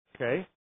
okay